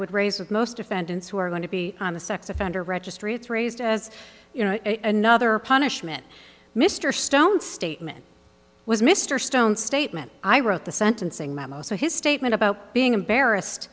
would raise with most defendants who are going to be on the sex offender registry it's raised as you know another punishment mr stone statement was mr stone statement i wrote the sentencing memo so his statement about being embarrassed